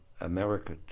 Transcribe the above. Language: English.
America